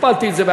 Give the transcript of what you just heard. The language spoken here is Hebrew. הכפלתי את זה,